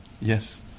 yes